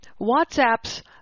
WhatsApp's